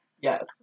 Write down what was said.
Yes